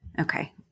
Okay